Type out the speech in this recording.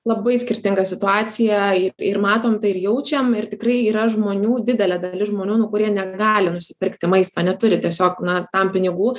labai skirtinga situacija ir matom tai ir jaučiam ir tikrai yra žmonių didelė dalis žmonių nu kurie negali nusipirkti maisto neturi tiesiog na tam pinigų